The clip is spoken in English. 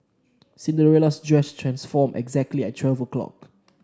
Cinderella's dress transformed exactly at twelve o'clock